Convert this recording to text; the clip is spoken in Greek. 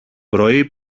πρωί